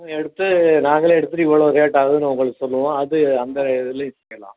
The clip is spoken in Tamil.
எடுத்து நாங்களே அடிச்சிவிட்டு இவ்வளோ ரேட் ஆகுதுன்னு உங்குளுக்கு சொல்லுவோம் அது அந்த இதுலையும் செய்யலாம்